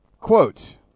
Quote